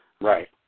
Right